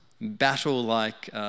battle-like